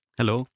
Hello